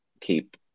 keep